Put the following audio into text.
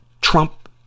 Trump